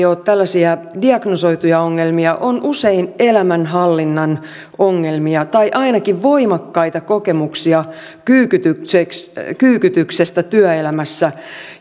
ole tällaisia diagnosoituja ongelmia on usein elämänhallinnan ongelmia tai ainakin voimakkaita kokemuksia kyykytyksestä kyykytyksestä työelämässä